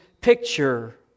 picture